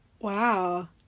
Wow